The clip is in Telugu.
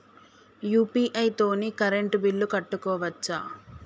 యూ.పీ.ఐ తోని కరెంట్ బిల్ కట్టుకోవచ్ఛా?